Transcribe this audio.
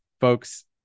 folks